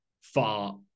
far